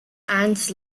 ants